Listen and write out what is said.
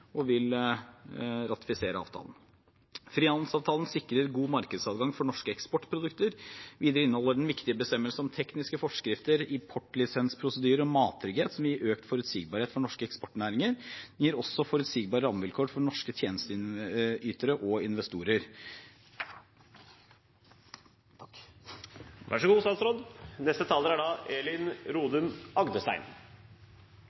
og vil ratifisere avtalen. Frihandelsavtalen sikrer god markedsadgang for norske eksportprodukter. Videre inneholder den viktige bestemmelser om tekniske forskrifter, importlisensprosedyrer og mattrygghet som vil gi økt forutsigbarhet for norske eksportnæringer. Den gir også forutsigbare rammevilkår for norske tjenesteytere og investorer.